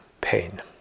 pain